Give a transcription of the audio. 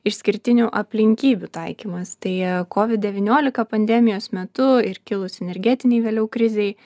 išskirtinių aplinkybių taikymas tai kovid devyniolika pandemijos metu ir kilus energetinei vėliau krizei